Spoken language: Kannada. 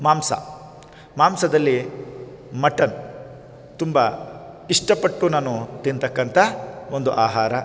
ಮಾಂಸ ಮಾಂಸದಲ್ಲಿ ಮಟನ್ ತುಂಬ ಇಷ್ಟಪಟ್ಟು ನಾನು ತಿಂತಕ್ಕಂಥ ಒಂದು ಆಹಾರ